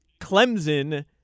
Clemson